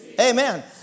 Amen